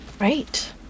Right